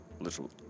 little